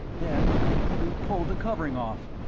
then we pulled the covering off.